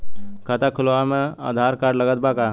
खाता खुलावे म आधार कार्ड लागत बा का?